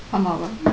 ஆமாவா:aamaavaa